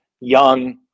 young